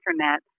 internet